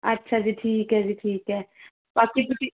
ਅੱਛਾ ਜੀ ਠੀਕ ਹੈ ਜੀ ਠੀਕ ਹੈ ਬਾਕੀ ਤੁਸੀਂ